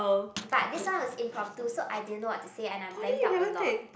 but this one was impromptu so I didn't know what to say and I blank out a lot